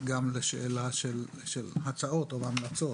גם לשאלה של הצעות או המלצות,